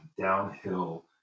downhill